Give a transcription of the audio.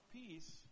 peace